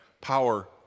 power